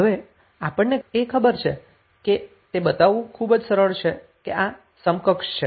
હવે આપણને એ ખબર છે કે તે બતાવવું ખુબ જ સરળ છે કે આ સમકક્ષ છે